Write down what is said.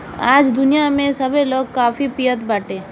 आज दुनिया में सभे लोग काफी पियत बाटे